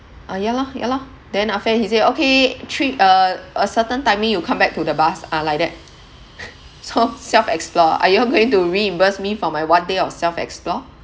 ah ya lor ya lor then after that he say okay three uh a certain timing you come back to the bus ah like that so self explore are you all going to reimburse me for my one day of self explore